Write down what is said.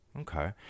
okay